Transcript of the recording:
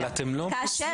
אבל אתם לא כותבים את זה.